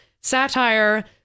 satire